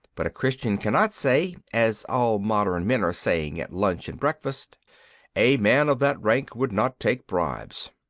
but a christian cannot say, as all modern men are saying at lunch and breakfast a man of that rank would not take bribes.